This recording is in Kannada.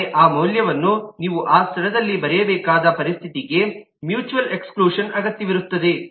ಆದರೆ ಆ ಮೌಲ್ಯವನ್ನು ನೀವು ಆ ಸ್ಥಳದಲ್ಲಿ ಬರೆಯಬೇಕಾದಾಗ ಪರಿಸ್ಥಿತಿಗೆ ಮ್ಯೂಚುವಲ್ ಎಕ್ಸ್ಕ್ಲೂಷನ್ ಅಗತ್ಯವಿರುತ್ತದೆ